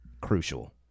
crucial